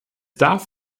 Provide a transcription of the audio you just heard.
darf